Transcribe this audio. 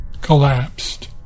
collapsed